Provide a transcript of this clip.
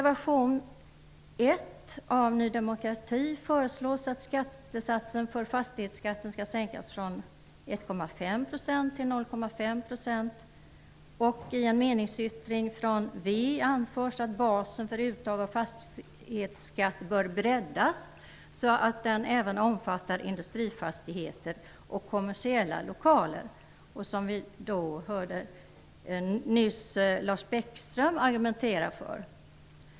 Vänsterpartiet anförs att basen för uttag av fastighetsskatt bör breddas, så att den även omfattar industrifastigheter och kommersiella lokaler, vilket vi nyss hörde Lars Bäckström argumentera för.